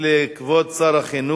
בעד, 6,